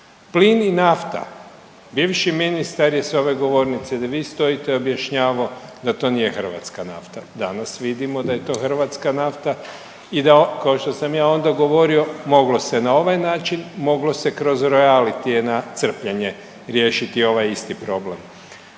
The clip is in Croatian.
Plin i nafta, bivši ministar je sa ove govornice gdje vi stojite objašnjavao da to nije hrvatska nafta. Danas vidimo da je to hrvatska nafta i da kao što sam ja onda govorio moglo se na ovaj način, moglo se kroz …/Govornik se ne razumije./… na crpljenje riješiti ovaj isti problem.